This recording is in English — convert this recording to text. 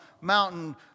mountain